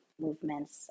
movements